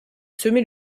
semer